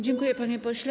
Dziękuję, panie pośle.